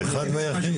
האחד והיחיד.